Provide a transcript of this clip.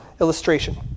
illustration